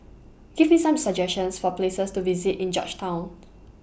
Give Me Some suggestions For Places to visit in Georgetown